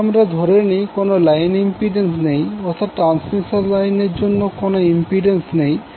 যদি আমরা ধরে নিই কোনো লাইন ইম্পিড্যান্স নেই অর্থাৎ ট্রান্সমিশন লাইনের জন্য কোনো ইম্পিড্যান্স নেই